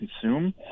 consume